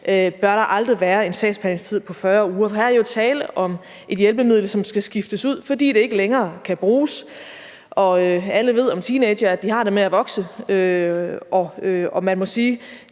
bør der aldrig være en sagsbehandlingstid på 40 uger. For her er jo tale om et hjælpemiddel, som skal skiftes ud, fordi det ikke længere kan bruges. Og alle ved om teenagere, at de har det med at vokse, og man må sige,